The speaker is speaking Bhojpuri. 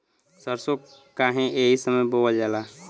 सरसो काहे एही समय बोवल जाला?